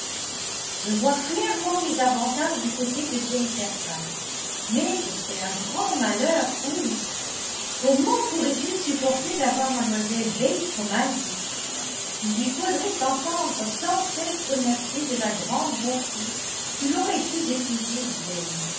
je vois clairement les avantages du côté de jane fairfax mais ce serait un grand malheur pour lui comment pourrait-il supporter d'avoir mlle bates comme alliée il lui faudrait s'entendre sans cesse remercier de la grande bonté qu'il aurait eu d'épouser